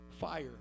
fire